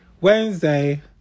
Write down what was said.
Wednesday